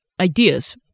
ideas